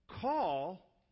call